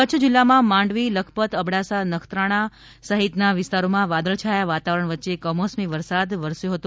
કચ્છ જિલ્લામાં માંડવી લખપત અબડાસા નખત્રાણા સહિતના વિસ્તારોમાં વાદળછાયા વાતાવરણ વચ્ચે કમોસમી વરસાદ વરસ્યો હતો